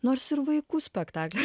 nors ir vaikų spektaklį